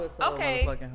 Okay